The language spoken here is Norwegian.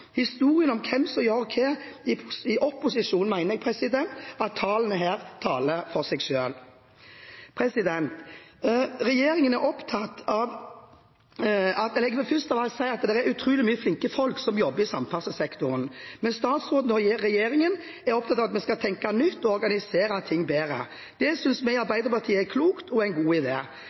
historien om hvem som gjør hva i opposisjon, mener jeg at tallene her taler for seg selv. Jeg vil gjerne få si at det er utrolig mange flinke folk som jobber i samferdselssektoren, men statsråden og regjeringen er opptatt av at vi skal tenke nytt og organisere ting bedre. Det synes vi i Arbeiderpartiet er klokt og en god